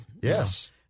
Yes